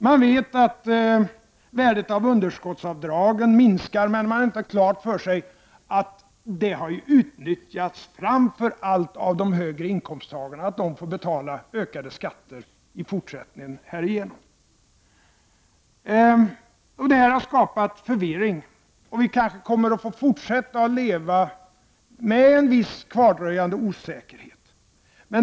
Man vet att värdet av underskottsavdragen minskar, men man har inte klart för sig att de framför allt har utnyttjats av höginkomsttagarna. De får i fortsättningen betala ökade skatter. Detta har skapat förvirring, och vi kanske kommer att få fortsätta att leva med någon kvardröjande osäkerhet.